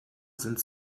sind